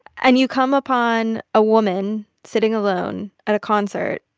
and you come upon a woman sitting alone at a concert.